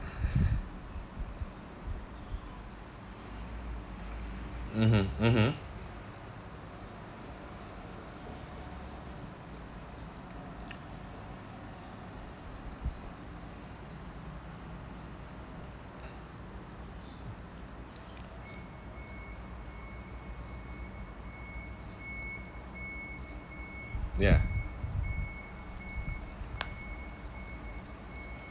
mmhmm mmhmm ya